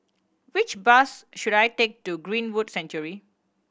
which bus should I take to Greenwood Sanctuary